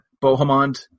Bohemond